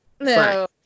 No